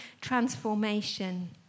transformation